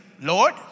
Lord